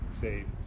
save